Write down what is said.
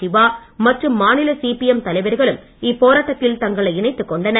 சிவா மற்றும் மாநில சிபிஎம் தலைவர்களும் இப்போராட்டத்தில் தங்களை இணைத்துக் கொண்டனர்